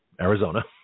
Arizona